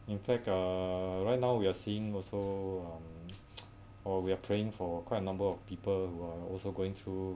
in fact uh right now we're seeing also um or we're praying for quite a number of people who are also going through